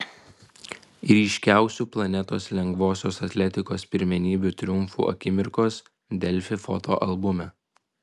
ryškiausių planetos lengvosios atletikos pirmenybių triumfų akimirkos delfi fotoalbume